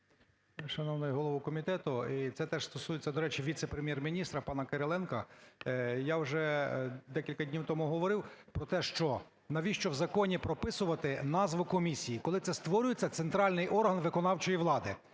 Шановний голово комітету, і це теж стосується, до речі, віце-прем’єр-міністра пана Кириленка. Я вже декілька днів тому говорив про те, що навіщо в законі прописувати назву комісії, коли це створюється центральний орган виконавчої влади?